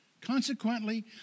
Consequently